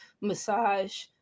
massage